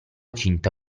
cinta